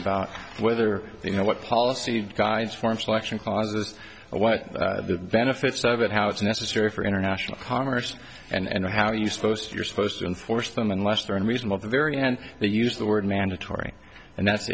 about whether you know what policy you guys form selection causes or what the benefits of it how it's necessary for international commerce and how you supposed you're supposed to enforce them unless they're unreasonable the very end they use the word mandatory and that's